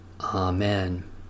Amen